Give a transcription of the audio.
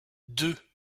deux